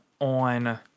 on